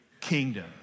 Kingdom